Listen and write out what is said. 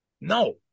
No